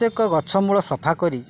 ପ୍ରତ୍ୟେକ ଗଛ ମୂଳ ସଫା କରି